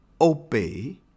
obey